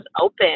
open